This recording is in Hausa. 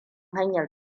hanyar